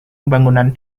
bangunan